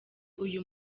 uyu